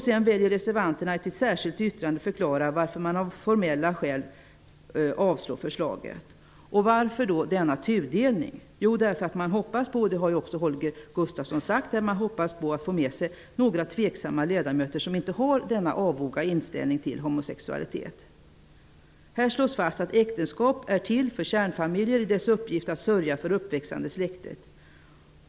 Sedan väljer reservanterna att i ett särskilt yttrande förklara varför man av formella skäl vill avslå förslaget. Varför då denna tudelning? Jo, man hoppas på -- det har också Holger Gustafsson sagt -- att få med sig några tveksamma ledamöter, som inte har denna avoga inställning till homosexualitet. I reservationen slås fast att äktenskap är till för kärnfamiljen i dess uppgift att sörja för det uppväxande släktet.